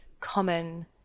common